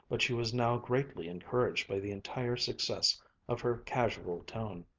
but she was now greatly encouraged by the entire success of her casual tone,